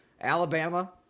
Alabama